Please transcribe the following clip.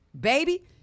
baby